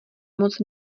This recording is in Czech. moc